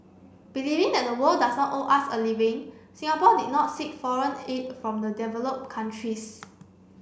believing that the world does not owe us a living Singapore did not seek foreign aid from the developed countries